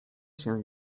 się